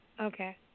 Okay